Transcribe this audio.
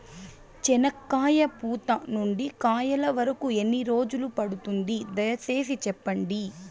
చెనక్కాయ పూత నుండి కాయల వరకు ఎన్ని రోజులు పడుతుంది? దయ సేసి చెప్పండి?